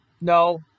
No